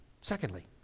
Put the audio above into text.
Secondly